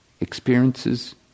experiences